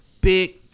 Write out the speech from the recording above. big